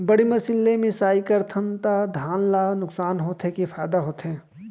बड़ी मशीन ले मिसाई करथन त धान ल नुकसान होथे की फायदा होथे?